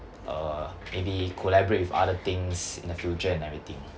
uh maybe collaborate with other things in the future and everything